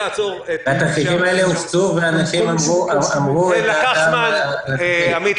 התרחישים האלה הוצגו ואנשים אמרו את דעתם -- עמית,